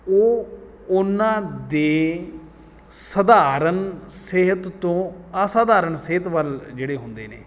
ਉਹ ਉਹਨਾਂ ਦੇ ਸਧਾਰਨ ਸਿਹਤ ਤੋਂ ਆਸਾਧਾਰਨ ਸਿਹਤ ਵੱਲ ਜਿਹੜੇ ਹੁੰਦੇ ਨੇ